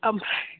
ओमफ्राय